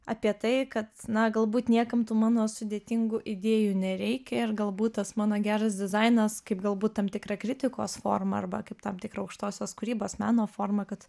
apie tai kad na galbūt niekam tų mano sudėtingų idėjų nereikia ir galbūt tas mano geras dizainas kaip galbūt tam tikra kritikos forma arba kaip tam tikra aukštosios kūrybos meno forma kad